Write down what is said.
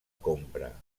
compra